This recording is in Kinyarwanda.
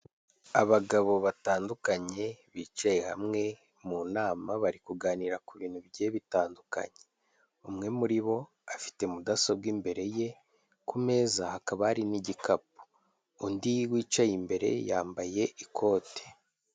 Abagabo batandukanye bicaye hamwe mu nama, bari kuganira ku bintu bigiye bitandukanye. Umwe muri bo afite mudasobwa imbere ye, ku meza hakaba hari n'igikapu. Undi wicaye imbere yambaye ikote.